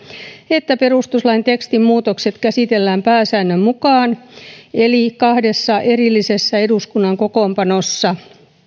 että perustuslain tekstimuutokset käsitellään pääsäännön mukaan eli kahdessa erillisessä eduskunnan kokoonpanossa